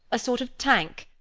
a sort of tank,